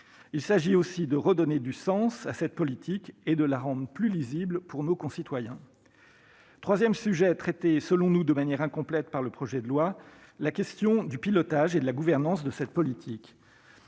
Il s'agit aussi de redonner du sens à cette politique et de la rendre plus lisible pour nos concitoyens. Troisième sujet, traité selon nous de manière incomplète par le projet de loi : la question du pilotage et de la gouvernance de cette politique.